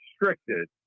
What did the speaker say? restricted